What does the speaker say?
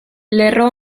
lerro